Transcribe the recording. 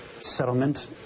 settlement